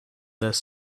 this